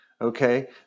okay